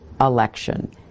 election